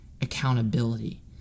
accountability